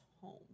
home